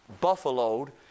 buffaloed